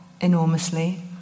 enormously